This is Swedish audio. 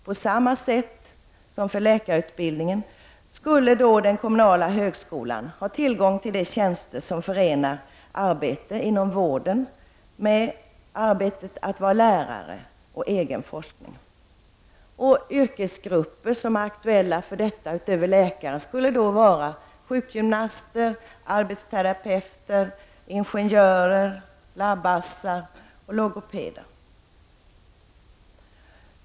På samma sätt som när det gäller läkarutbildningen skulle då den kommunala högskolan ha tillgång till tjänster som förenar arbete inom vården med arbetet att vara lärare och ägna sig åt egen forskning. De yrkesgrupper som är aktuella förutom läkarna är t.ex. sjukgymnaster, arbetsterapeuter, ingenjörer, laboratorieassistenter och logopeder.